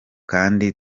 kandi